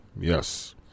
Yes